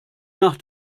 nach